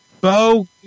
Bo